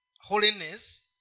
holiness